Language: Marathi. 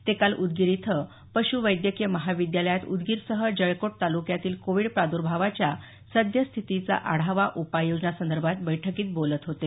ते काल उदगीर इथं पश्वैद्यकीय महाविद्यालयात उदगीरसह जळकोट तालुक्यातील कोविड प्रादर्भावाच्या सद्य स्थितीचा आढावा उपाय योजना संदर्भातल्या बैठकीत बोलत होते